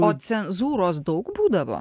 o cenzūros daug būdavo